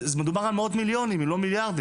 מדובר על מאות מליונים, אם לא מיליארדים.